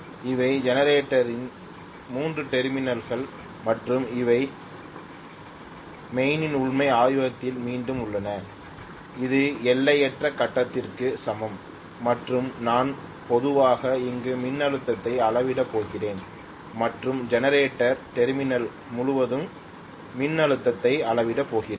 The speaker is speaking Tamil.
இவை ஜெனரேட்டரின் 3 டெர்மினல்கள் மற்றும் இவை மெயின்கள் உண்மையில் ஆய்வகத்தில் மீண்டும் உள்ளன இது எல்லையற்ற கட்டத்திற்கு சமம் மற்றும் நான் பொதுவாக இங்கு மின்னழுத்தத்தை அளவிடப் போகிறேன் மற்றும் ஜெனரேட்டர் டெர்மினல்கள் முழுவதும் மின்னழுத்தத்தை அளவிடப் போகிறேன்